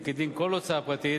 וכדין כל הוצאה פרטית,